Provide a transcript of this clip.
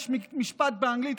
יש משפט באנגלית,